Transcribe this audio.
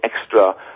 extra